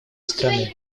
страны